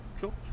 Cool